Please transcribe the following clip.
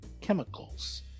chemicals